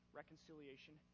reconciliation